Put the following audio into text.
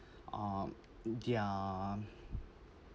um their